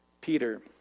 Peter